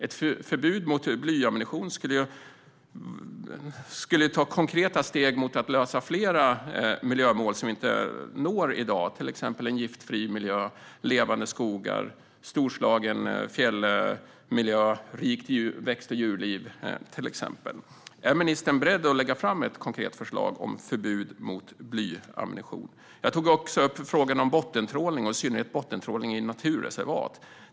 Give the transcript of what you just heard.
Ett förbud mot blyammunition skulle innebära konkreta steg mot att lösa fler miljömål som vi inte når i dag, till exempel Giftfri miljö, Levande skogar, Storslagen fjällmiljö och Ett rikt växt och djurliv. Är ministern beredd att lägga fram ett konkret förslag om förbud mot blyammunition? Jag tog också upp frågan om bottentrålning och i synnerhet i naturreservat.